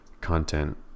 content